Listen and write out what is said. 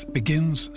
begins